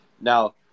now